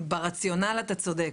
ברציונל אתה צודק,